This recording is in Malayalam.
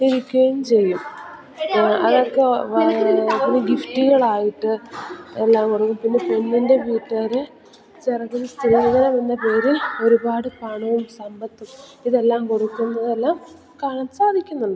ഇരിക്കുകയും ചെയ്യും അതൊക്കെ ഒരു ഗിഫ്റ്റ്കളായിട്ട് എല്ലാം കൊടുക്കും പിന്നെ പെണ്ണിൻ്റെ വീട്ടുകാർ ചെറുക്കന് സ്ത്രീധനമെന്ന പേരിൽ ഒരുപാട് പണവും സമ്പത്തും ഇതെല്ലാം കൊടുക്കുന്നതെല്ലാം കാണാൻ സാധിക്കുന്നുണ്ട്